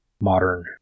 modern